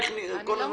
אני לא מודאגת,